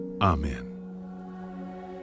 Amen